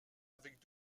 avec